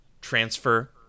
transfer